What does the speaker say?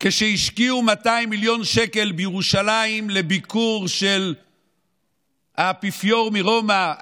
כשהשקיעו 200 מיליון שקלים בירושלים לביקור של האפיפיור מרומא,